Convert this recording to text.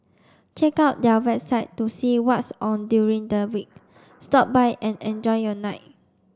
check out their website to see what's on during the week stop by and enjoy your night